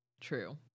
True